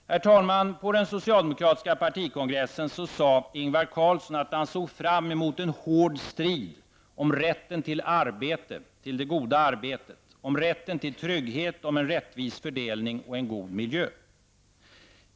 Herr talman! På den socialdemokratiska partikongressen sade Ingvar Carlsson att han såg fram emot en hård strid om ''rätten till arbete -- till det goda arbetet, om rätten till trygghet, om en rättvis fördelning och en god miljö''.